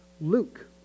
Luke